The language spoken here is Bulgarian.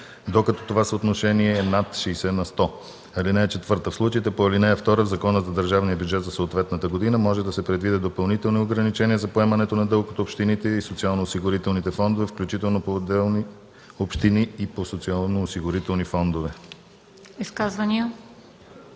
докато това съотношение е над 60 на сто. (4) В случаите по ал. 2 в Закона за държавния бюджет за съответната година може да се предвидят допълнителни ограничения за поемането на дълг от общините и социалноосигурителните фондове, включително по отделни общини и по социалноосигурителни фондове.”